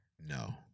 No